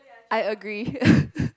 I agree